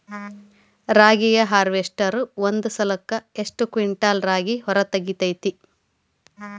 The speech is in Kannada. ರಾಗಿಯ ಹಾರ್ವೇಸ್ಟರ್ ಒಂದ್ ಸಲಕ್ಕ ಎಷ್ಟ್ ಕ್ವಿಂಟಾಲ್ ರಾಗಿ ಹೊರ ತೆಗಿತೈತಿ?